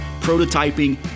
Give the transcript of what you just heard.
prototyping